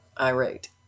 irate